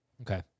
Okay